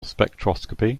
spectroscopy